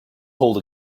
hold